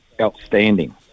outstanding